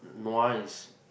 nua is